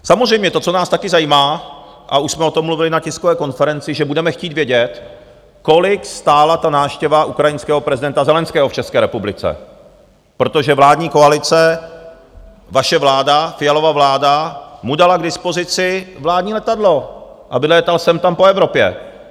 Samozřejmě to, co nás také zajímá, a už jsme o tom mluvili na tiskové konferenci, že budeme chtít vědět, kolik stála návštěva ukrajinského prezidenta Zelenského v České republice, protože vládní koalice, vaše vláda, Fialova vláda, mu dala k dispozici vládní letadlo, aby létal sem tam po Evropě.